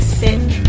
sit